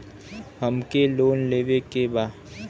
हमके लोन लेवे के बा?